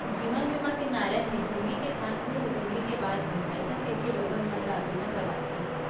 जीवन बीमा के नारा हे जिनगी के साथ भी अउ जिनगी के बाद भी अइसन कहिके लोगन मन ल बीमा करवाथे